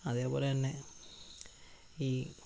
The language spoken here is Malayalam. അതുപോലെതന്നെ ഈ